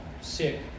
sick